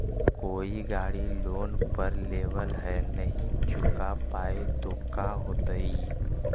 कोई गाड़ी लोन पर लेबल है नही चुका पाए तो का होतई?